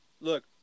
look